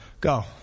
go